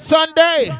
Sunday